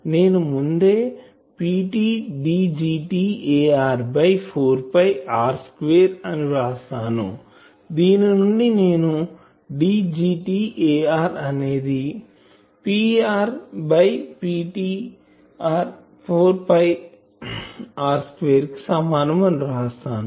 నేను ముందే Pt Dgt Ar by 4 pi R square అని వ్రాసాను దీని నుండి నేను Dgt Ar అనేది Pr by Pt 4 pi R square కి సమానం అని వ్రాస్తాను